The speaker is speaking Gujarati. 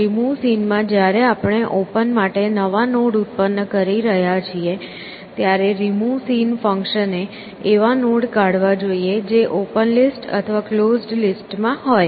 રીમુવ સીનમાં જ્યારે આપણે ઓપન માટે નવા નોડ ઉત્પન્ન કરી રહ્યા છીએ ત્યારે રીમુવ સીન ફંકશને એવા નોડ કાઢવા જોઈએ જે ઓપન લિસ્ટ અથવા ક્લોઝડ લિસ્ટ માં હોય